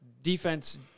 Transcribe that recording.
Defense